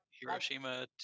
Hiroshima